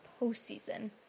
postseason